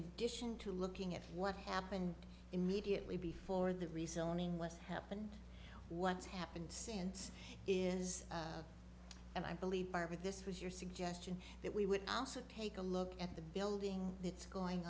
addition to looking at what happened immediately before the reselling what's happened what's happened since is and i believe that this was your suggestion that we would also take a look at the building it's going